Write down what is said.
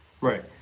Right